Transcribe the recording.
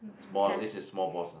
small this is small balls one